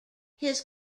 his